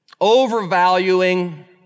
Overvaluing